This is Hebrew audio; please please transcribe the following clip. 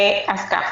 אז ככה,